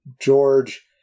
George